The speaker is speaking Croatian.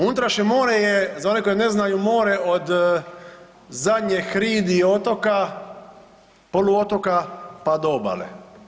Unutrašnje more je za one koji ne znaju more od zadnje hridi otoka, poluotoka pa do obale.